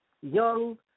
young